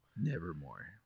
nevermore